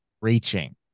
reaching